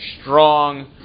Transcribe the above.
strong